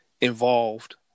involved